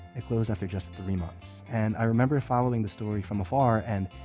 it closed after just three months. and i remember following the story from afar and